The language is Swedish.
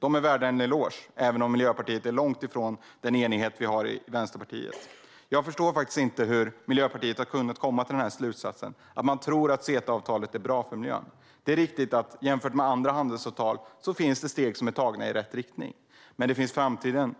De är värda en eloge, även om Miljöpartiet är långt ifrån den enighet som vi har i Vänsterpartiet. Jag förstår inte hur Miljöpartiet har kunnat komma till slutsatsen att CETA-avtalet är bra för miljön. Det är riktigt att jämfört med andra handelsavtal finns det i detta avtal steg som är tagna i rätt riktning. Men det finns inför framtiden